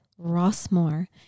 Rossmore